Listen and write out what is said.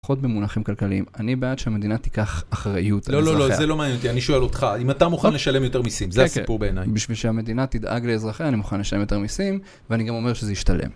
פחות במונחים כלכליים, אני בעד שהמדינה תיקח אחראיות לאזרחיה. לא, לא, לא, זה לא מעניין אותי, אני שואל אותך, אם אתה מוכן לשלם יותר מיסים, זה הסיפור בעיניי. בשביל שהמדינה תדאג לאזרחיה, אני מוכן לשלם יותר מיסים, ואני גם אומר שזה ישתלם.